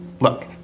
Look